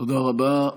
תודה רבה.